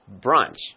brunch